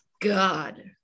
God